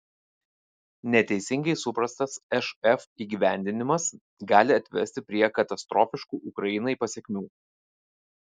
neteisingai suprastas šf įgyvendinimas gali atvesti prie katastrofiškų ukrainai pasekmių